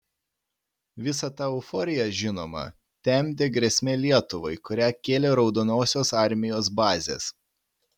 visą tą euforiją žinoma temdė grėsmė lietuvai kurią kėlė raudonosios armijos bazės